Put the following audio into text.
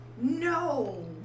No